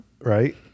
right